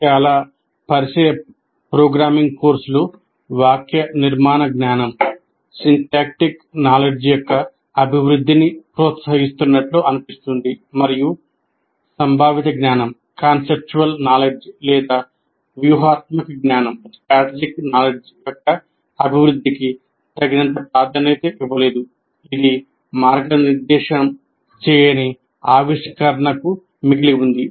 చాలా పరిచయ ప్రోగ్రామింగ్ కోర్సులు వాక్యనిర్మాణ జ్ఞానం యొక్క అభివృద్ధికి తగినంత ప్రాధాన్యత ఇవ్వలేదు ఇది మార్గనిర్దేశం చేయని ఆవిష్కరణకు మిగిలి ఉంది